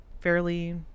fairly